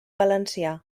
valencià